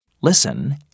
Listen